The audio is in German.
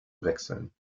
wechseln